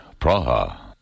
Praha